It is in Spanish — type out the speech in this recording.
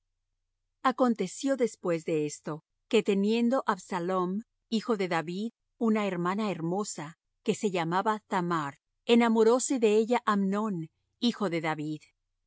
acontecio después de esto que teniendo absalom hijo de david una hermana hermosa que se llamaba thamar enamoróse de ella amnón hijo de david